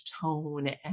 tone